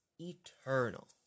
eternal